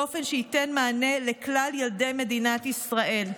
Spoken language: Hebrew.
באופן שייתן מענה לכלל ילדי מדינת ישראל.